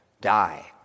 die